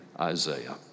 Isaiah